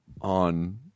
On